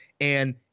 And-